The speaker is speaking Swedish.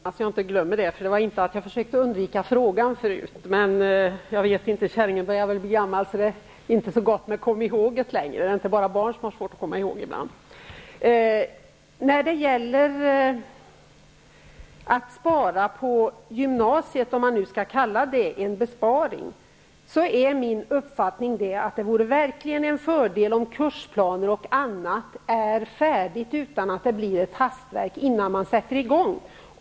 Herr talman! Jag börjar med kronorna och örena, så jag inte glömmer dem. Det var inte så att jag försökte undvika frågan, men käringen börjar väl bli gammal, för det är inte så bevänt med minnet längre. Det är inte bara barn som ibland har svårt att komma ihåg. När det gäller besparingarna i gymnasiet -- om nu dessa skall kallas besparingar -- är min uppfattning att det verkligen vore en fördel om kursplaner och annat är färdiga innan man sätter i gång, så att det inte blir något hastverk.